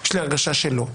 יש לי הרגשה שלא,